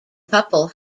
couple